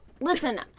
Listen